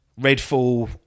Redfall